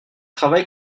travaille